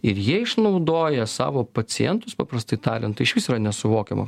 ir jie išnaudoja savo pacientus paprastai tariant išvis yra nesuvokiama